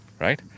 right